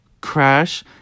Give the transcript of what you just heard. crash